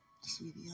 Sweetie